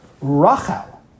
Rachel